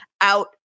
out